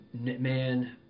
man